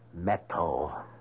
Metal